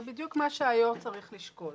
זה בדיוק מה שהיו"ר צריך לשקול.